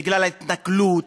בגלל ההתנכלות,